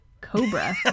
cobra